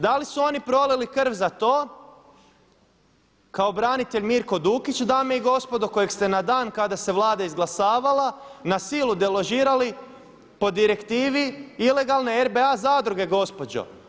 Da li su oni prolili krv za to kao branitelj Mirko Dukić dame i gospodo, kojeg ste na dan kada se Vlada izglasavala na silu deložirali po direktive ilegalne RBA zadruge gospođo.